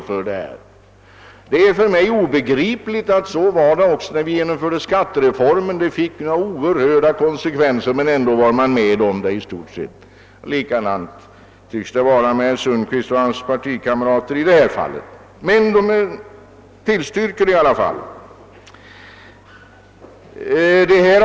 Detta är för mig obegripligt. Så var det också, när vi genomförde skattereformen. Den skulle få så oerhörda konsekvenser, men ändå var man med på den i stort sett. Likadant tycks det vara med herr Sund kvist och hans partikamrater i detta fall; man tillstyrker i alla fall.